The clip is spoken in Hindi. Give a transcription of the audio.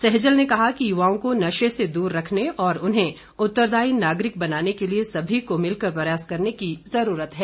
सहजल ने कहा कि युवाओं को नशे से दूर रखने और उन्हें उतरदायी नागरिक बनाने के लिए सभी को मिलकर प्रयास करने की जरूरत है